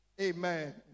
Amen